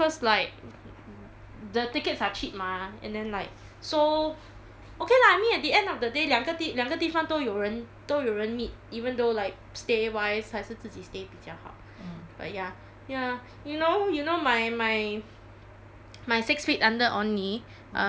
the tickets are cheap mah and then like so okay lah I mean at the end of the day 两个地两个地方都有人都有人 meet even though stay wise 还是自己 stay 比较好 but ya ya you know you know my my my six feet under um now has a izakaya